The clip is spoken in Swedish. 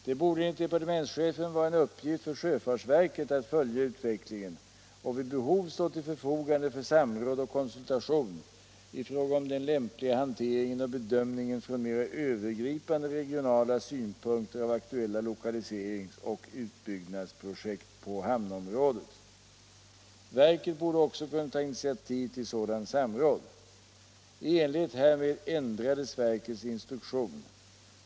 Det borde enligt departementschefen vara en uppgift för sjöfartsverket att följa utvecklingen och vid behov stå till förfogande för samråd och konsultation i fråga om den lämpliga hanteringen och bedömningen från mer övergripande regionala synpunkter av aktuella lokaliserings och utbyggnadsprojekt på hamnområdet. Verket borde också kunna ta initiativ till sådant samråd. I enlighet härmed ändrades verkets instruktion.